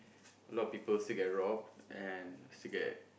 a lot people still get robbed and still get